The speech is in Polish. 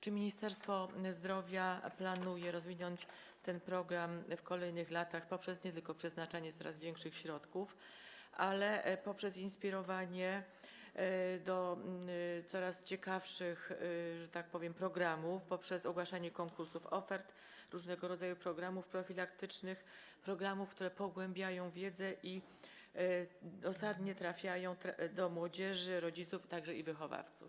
Czy Ministerstwo Zdrowia planuje rozwinąć ten program w kolejnych latach nie tylko poprzez przeznaczanie coraz większych środków, ale też poprzez inspirowanie do coraz ciekawszych programów, poprzez ogłaszanie konkursów ofert, różnego rodzaju programów profilaktycznych, programów, które pogłębiają wiedzę i dosadnie trafiają do młodzieży, rodziców, a także wychowawców?